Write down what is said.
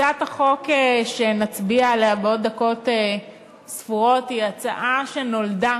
הצעת החוק שנצביע עליה בעוד דקות ספורות היא הצעה שנולדה